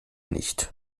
nicht